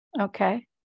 Okay